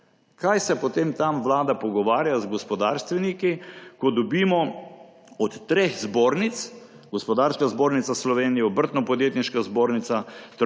Kaj se potem tam vlada pogovarja z gospodarstveniki, ko dobimo od treh zbornic − Gospodarske zbornice Slovenije, Obrtno-podjetniške zbornice,